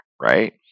right